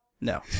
No